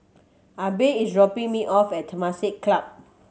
Abe is dropping me off at Temasek Club